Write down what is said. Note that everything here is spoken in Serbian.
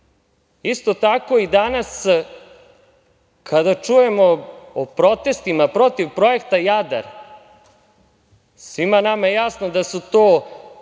tako, i danas, kada čujemo o protestima protiv projekta "Jadar", svima nama je jasno da su to